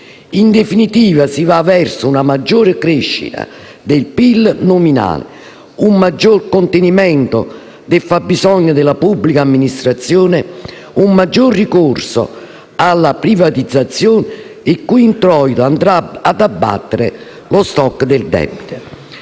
In definitiva, si va verso una maggiore crescita del PIL nominale, un maggior contenimento del fabbisogno della pubblica amministrazione e un maggior ricorso alle privatizzazioni, il cui introito andrà ad abbattere lo *stock* del debito.